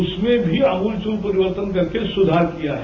उसमें भी अमूलचूल परिवर्तन करके सुधार किया है